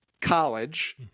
college